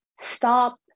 stop